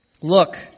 Look